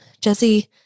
Jesse